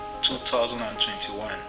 2021